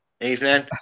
evening